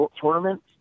tournament